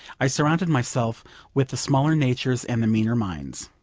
i surrounded myself with the smaller natures and the meaner minds.